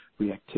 reactivity